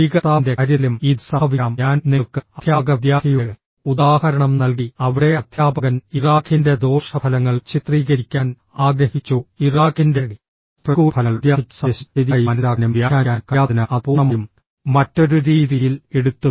സ്വീകർത്താവിന്റെ കാര്യത്തിലും ഇത് സംഭവിക്കാം ഞാൻ നിങ്ങൾക്ക് അധ്യാപക വിദ്യാർത്ഥിയുടെ ഉദാഹരണം നൽകി അവിടെ അധ്യാപകൻ ഇറാഖിന്റെ ദോഷഫലങ്ങൾ ചിത്രീകരിക്കാൻ ആഗ്രഹിച്ചു ഇറാഖിന്റെ പ്രതികൂല ഫലങ്ങൾ വിദ്യാർത്ഥിക്ക് സന്ദേശം ശരിയായി മനസ്സിലാക്കാനും വ്യാഖ്യാനിക്കാനും കഴിയാത്തതിനാൽ അത് പൂർണ്ണമായും മറ്റൊരു രീതിയിൽ എടുത്തു